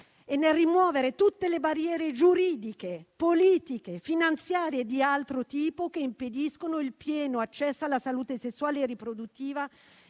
rimuovere tutte le barriere giuridiche, politiche, finanziarie e di altro tipo che impediscono il pieno accesso alla salute sessuale e riproduttiva